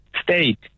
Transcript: State